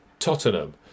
Tottenham